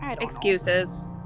excuses